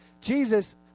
Jesus